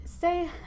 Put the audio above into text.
say